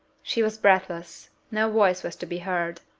she was breathless no voice was to be heard